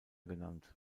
genannt